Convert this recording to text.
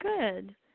good